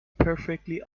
perfectly